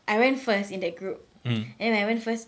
I went first in that group and when I went first